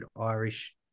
Irish